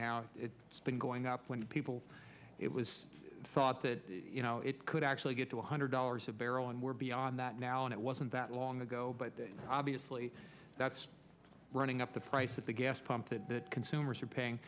now it's been going up when people it was thought that you know it could actually get to one hundred dollars a barrel and we're beyond that now and it wasn't that long ago but obviously that's running up the price at the gas pump that consumers are paying